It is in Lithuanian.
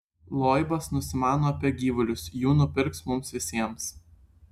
loibas nusimano apie gyvulius jų nupirks mums visiems